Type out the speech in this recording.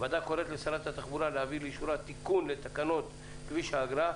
הוועדה קוראת לשרת התחבורה להביא לאישורה תיקון לתקנות כביש האגרה,